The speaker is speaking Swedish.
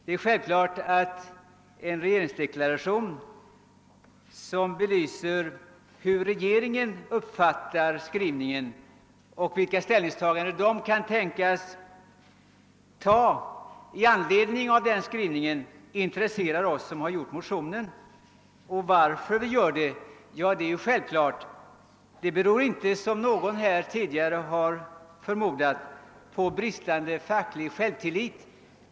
Det är självklart att en regeringsdeklaration, som belyser' hur regeringen uppfattar skrivningen och vilken ställning den kan väntas inta i anledning av den skrivningen, intresserar oss som avlämnat motionen. Varför vi gör det är självklart. Det beror inte som någon här tidigare; förmodat på bristande facklig självtillit.